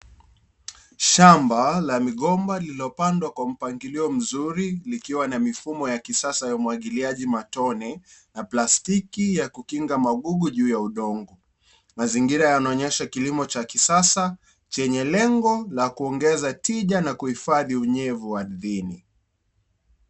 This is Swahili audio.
Shamba la migomba lilopandwa kwa mpangilio mzuri likiwa na mifumo ya kisasa ya umwagiliaji matone na plastiki ya kukinga magugu juu ya udongo mazingira yanaonyesha kilimo cha kisasa chenye lengo la kuongeza tija na kuhifadhi unyevu ardhini.